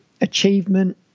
achievement